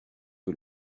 que